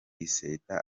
iseta